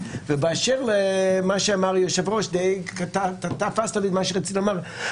באשר למה שאמר היושב ראש, רציתי גם אני לומר זאת.